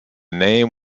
name